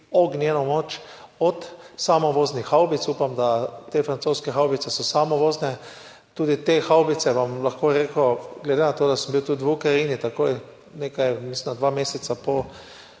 ognjeno moč, od samovoznih havbic – upam, da so te francoske havbice samovozne. Tudi te havbice, vam bom lahko rekel, glede na to, da sem bil tudi v Ukrajini, mislim, da dva meseca po